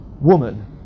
woman